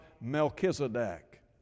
Melchizedek